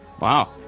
wow